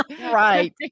Right